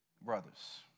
brothers